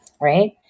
right